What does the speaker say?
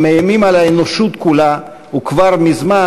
המאיימים על האנושות כולה וכבר מזמן